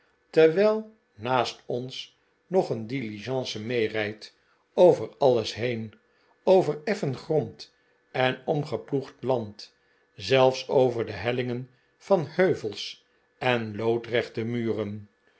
terwijl naast ons nog een diligence meerijdt over alles heen over effen grond en omgeploegd land zelfs over de hellingen van heuvels en loodrechte muren